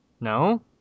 No